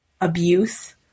abuse